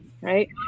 Right